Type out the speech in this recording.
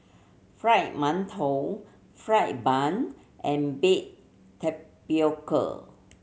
Fried Mantou fried bun and baked tapioca